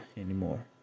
anymore